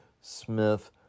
Smith